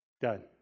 Done